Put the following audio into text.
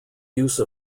use